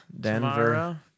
Denver